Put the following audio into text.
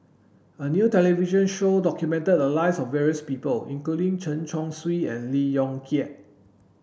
a new television show documented the lives of various people including Chen Chong Swee and Lee Yong Kiat